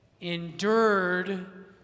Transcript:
endured